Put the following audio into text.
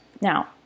Now